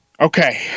okay